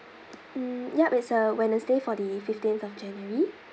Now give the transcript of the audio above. mm ya it's a wednesday for the fifteenth of january